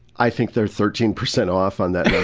i think they're thirteen percent off on that